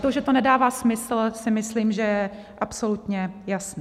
To, že to nedává smysl, si myslím, že je absolutně jasné.